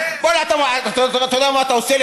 אתה יודע מה אתה עושה לי?